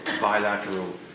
bilateral